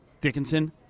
Dickinson